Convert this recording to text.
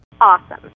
Awesome